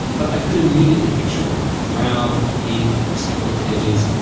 but i could immediately picture one. round, pink, scalloped edges.